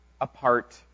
apart